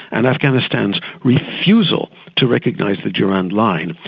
and afghanistan's refusal to recognise the durrand line,